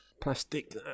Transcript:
plastic